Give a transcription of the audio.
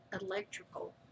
electrical